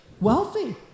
wealthy